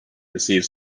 receive